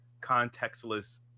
contextless